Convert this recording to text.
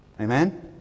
Amen